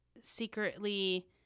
Secretly